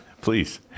please